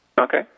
Okay